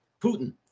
Putin